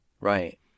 Right